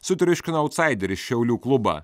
sutriuškino autsaiderį šiaulių klubą